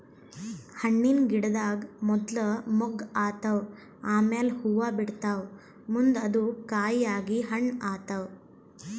ಹಣ್ಣಿನ್ ಗಿಡದಾಗ್ ಮೊದ್ಲ ಮೊಗ್ಗ್ ಆತವ್ ಆಮ್ಯಾಲ್ ಹೂವಾ ಬಿಡ್ತಾವ್ ಮುಂದ್ ಅದು ಕಾಯಿ ಆಗಿ ಹಣ್ಣ್ ಆತವ್